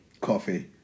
Coffee